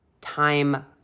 time